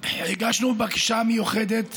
הגשנו בקשה מיוחדת,